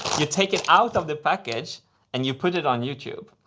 you take it out of the package and you put it on youtube.